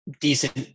decent